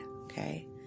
Okay